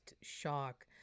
shock